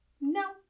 no